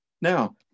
Now